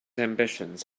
ambitions